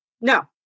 No